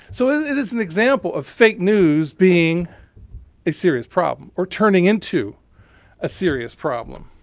so it is an example of fake news being a serious problem or turning into a serious problem.